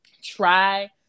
Try